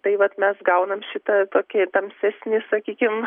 tai vat mes gaunam šita tokį tamsesnį sakykim